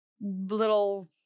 little